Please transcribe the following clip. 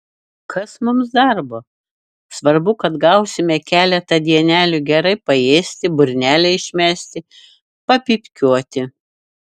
kas mums darbo svarbu kad gausime keletą dienelių gerai paėsti burnelę išmesti papypkiuoti